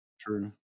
True